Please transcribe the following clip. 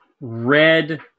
red